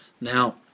Now